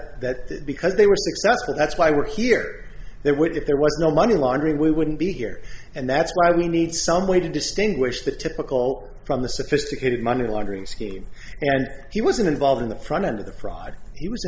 that that because they were successful that's why we're here they would if there was no money laundering we wouldn't be here and that's why we need some way to distinguish the typical from the sophisticated money laundering scheme and he wasn't involved in the front end of the project he was